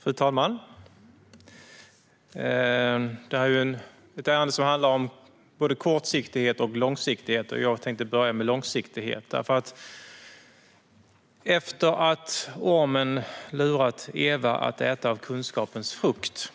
Fru talman! Det här är ett ärende som handlar om både kortsiktighet och långsiktighet, och jag tänker börja med långsiktigheten. Efter att ormen lurat Eva att äta av kunskapens frukt